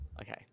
Okay